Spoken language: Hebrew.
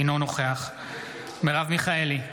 אינו נוכח מרב מיכאלי,